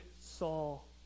Saul